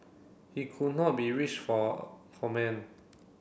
he could not be reached for comment